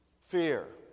fear